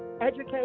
Educate